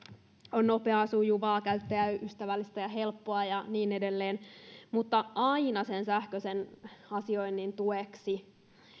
on nopeaa sujuvaa käyttäjäystävällistä ja helppoa ja niin edelleen mutta aina sen sähköisen asioinnin tueksi